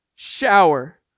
Shower